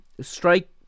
strike